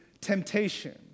temptation